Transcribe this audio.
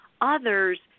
others